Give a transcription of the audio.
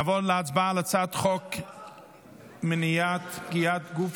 נעבור להצבעה על הצעת חוק מניעת פגיעת גוף